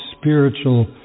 spiritual